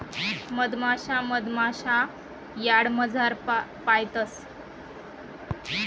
मधमाशा मधमाशा यार्डमझार पायतंस